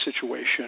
situation